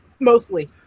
Mostly